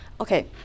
Okay